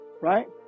right